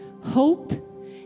hope